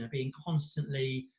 and being constantly,